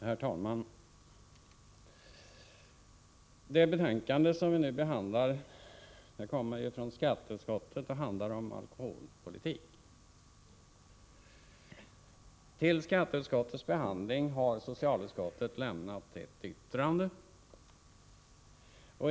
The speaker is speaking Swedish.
Herr talman! Det betänkande vi nu behandlar kommer från skatteutskottet och handlar om alkoholpolitik. Till skatteutskottets behandling har socialutskottet lämnat ett yttrande.